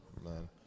man